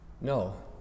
No